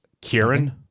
Kieran